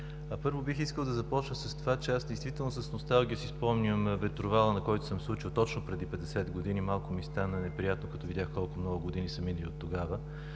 Първо бих искал да започна с това, че аз действително с носталгия си спомням Ветровала, на който съм се учил точно преди 50 години. Малко ми стана неприятно, като видях колко много години са минали оттогава.